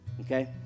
okay